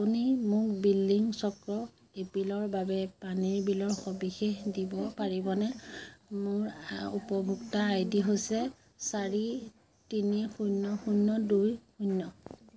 আপুনি মোক বিলিং চক্ৰ এপ্ৰিলৰ বাবে পানীৰ বিলৰ সবিশেষ দিব পাৰিবনে মোৰ উপভোক্তা আই ডি হৈছে চাৰি তিনি শূন্য শূন্য দুই শূন্য